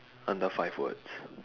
under five words